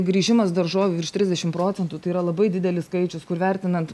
grįžimas daržovių virš trisdešimt procentų tai yra labai didelis skaičius kur vertinant